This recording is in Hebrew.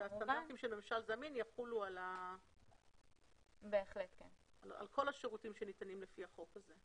הסטנדרטים של ממשל זמין יחולו על כל השירותים שניתנים לפי החוק הזה.